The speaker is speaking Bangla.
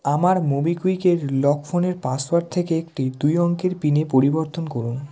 আমার মোবিকুইকের লক ফোনের পাসওয়ার্ড থেকে একটি দুই অঙ্কের পিনে পরিবর্তন করুন